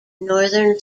northern